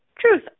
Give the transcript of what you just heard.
truth